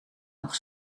nog